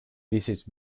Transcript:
visit